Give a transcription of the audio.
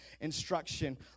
instruction